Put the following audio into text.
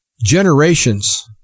generations